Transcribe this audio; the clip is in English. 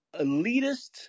elitist